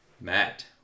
Matt